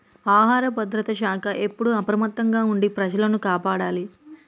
ఆహార భద్రత శాఖ ఎప్పుడు అప్రమత్తంగా ఉండి ప్రజలను కాపాడాలి